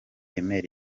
email